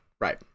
right